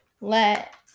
let